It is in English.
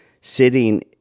sitting